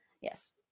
yes